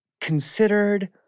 considered